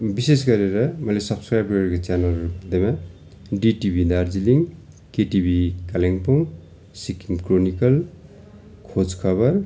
विशेष गरेर मैले सब्सक्राइब गरेको च्यानलहरू मध्येमा DTV Darjeeling KTV Kalimpong Sikkim chronicle खोज खबर